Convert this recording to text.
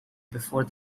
before